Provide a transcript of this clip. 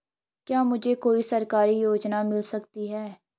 क्या मुझे कोई सरकारी योजना मिल सकती है?